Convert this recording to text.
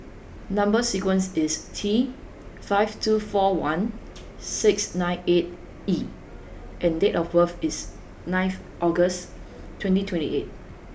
number sequence is T five two four one six nine eight E and date of birth is ninth August twenty twenty eight